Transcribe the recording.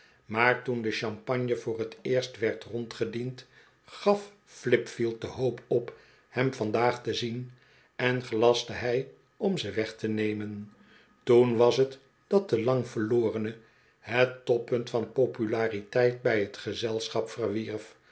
maar toen de champagne voor t eerst werd rondgediend gaf flipfield de hoop op hem vandaag te zien en gelastte hij om ze weg te nemen toen was t dat de lang verlorene het toppunt van populariteit bij t gezelschap